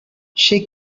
she